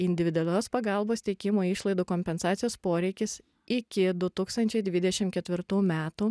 individualios pagalbos teikimo išlaidų kompensacijos poreikis iki du tūkstančiai dvidešim ketvirtų metų